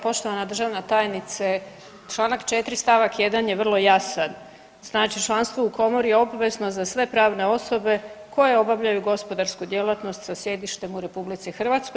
Poštovana državna tajnice Članak 4. stavak 1. je vrlo jasan, znači članstvo u komori obvezno za sve pravne osobe koje obavljaju gospodarsku djelatnost sa sjedištem u RH.